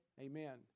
Amen